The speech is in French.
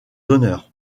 honneurs